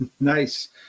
nice